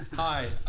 hi.